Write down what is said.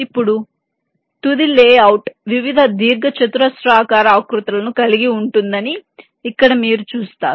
ఇప్పుడు తుది లేఅవుట్ వివిధ దీర్ఘచతురస్రాకార ఆకృతులను కలిగి ఉంటుందని ఇక్కడ మీరు చూస్తారు